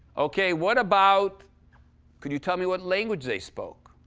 okay, what about could you tell me what language they spoke?